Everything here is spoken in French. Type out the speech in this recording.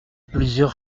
plusieurs